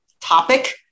topic